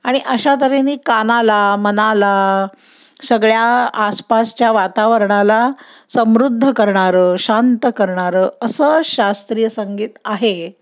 आणि अशा तऱ्हेने कानाला मनाला सगळ्या आसपासच्या वातावरणाला समृद्ध करणारं शांत करणारं असं शास्त्रीय संगीत आहे